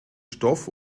stoff